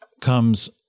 comes